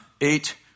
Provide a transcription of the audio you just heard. eight